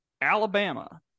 Alabama